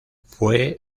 fue